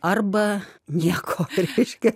arba nieko reiškia